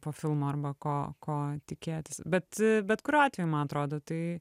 po filmo arba ko ko tikėtis bet bet kuriuo atveju man atrodo tai